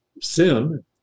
Sin